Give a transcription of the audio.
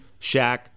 Shaq